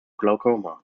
glaucoma